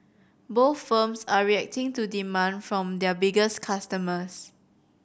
both firms are reacting to demand from their biggest customers